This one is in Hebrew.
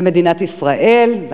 במדינת ישראל,